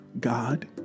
God